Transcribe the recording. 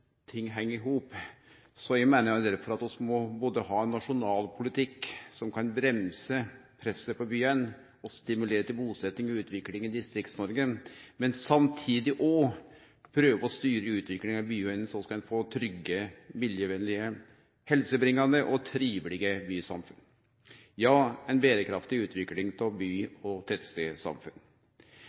ting heng i hop. Eg meiner derfor at vi må både ha ein nasjonal politikk som kan bremse presset på byane og stimulere til busetjing og utvikling i Distrikts-Noreg, og samtidig prøve å styre utviklinga i byane, så vi kan få trygge, miljøvennlege, helsebringande og trivelege bysamfunn – ja, ei berekraftig utvikling av by- og